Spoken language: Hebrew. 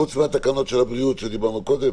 חוץ מתקנות הבריאות שדיברנו עליהן קודם?